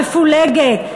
מפולגת.